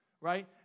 right